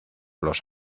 los